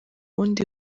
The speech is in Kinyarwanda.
bundi